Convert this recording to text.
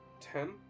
Ten